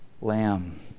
lamb